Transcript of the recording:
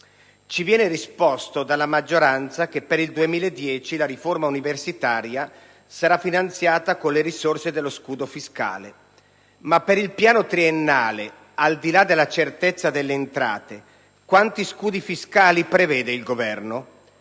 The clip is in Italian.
Ci viene risposto dalla maggioranza che per il 2010 la riforma universitaria sarà finanziata con le risorse dello scudo fiscale; per il piano triennale, tuttavia, al di là della certezza delle entrate, quanti scudi fiscali prevede il Governo?